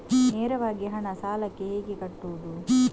ನೇರವಾಗಿ ಹಣ ಸಾಲಕ್ಕೆ ಹೇಗೆ ಕಟ್ಟುವುದು?